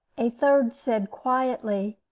a third said, quietly,